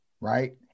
Right